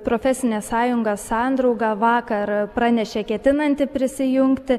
profesinė sąjunga sandrauga vakar pranešė ketinanti prisijungti